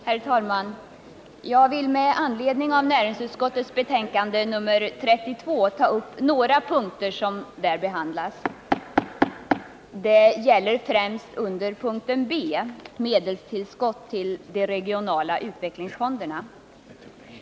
Herr talman! Jag vill med anledning av näringsutskottets betänkande nr 32 ta upp några punkter som där behandlas. Det gäller främst medelstillskott till de regionala utvecklingsfonderna under punkten B. 1.